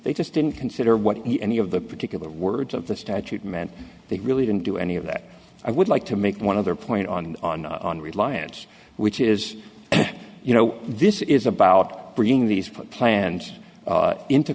they just didn't consider what any of the particular words of the statute meant they really didn't do any of that i would like to make one other point on on on reliance which is you know this is about bringing these plants into